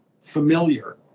familiar